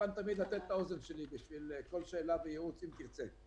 לתת את האוזן שלי בשביל כל שאלה וייעוץ אם תרצה.